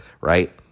right